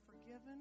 forgiven